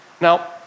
Now